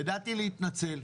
ידעתי להתנצל.